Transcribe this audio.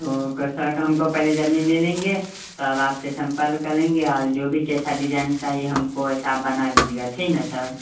वो कर सर का हमको पहले जमीन ले लेंगें तब आपसे संपर्क करेंगे और जो भी कैसा डिजाइन चाहिए हमको वैसा आप बना दीजिए ठीक है ना सर